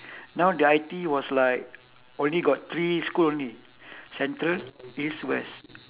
now the I_T_E was like only got three school only central east west